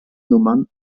nummern